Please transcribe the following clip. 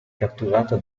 catturata